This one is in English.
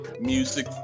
music